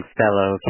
fellow